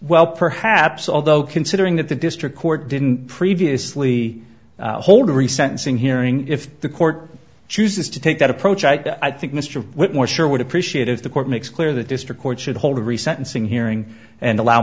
well perhaps although considering that the district court didn't previously hold every sentence in hearing if the court chooses to take that approach i i think mr whitmore sure would appreciate if the court makes clear the district court should hold a recent unsing hearing and allow